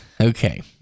okay